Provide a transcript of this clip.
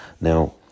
now